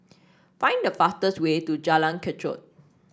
find the fastest way to Jalan Kechot